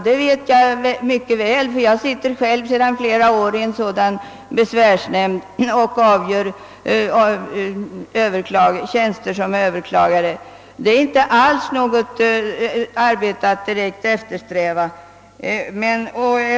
Det vet jag mycket väl, ty jag sitter själv sedan flera år i en sådan besvärsnämnd och avgör frågor om tjänstetillsättningar som har överklagats. Det är inte alls något arbete att direkt eftersträva.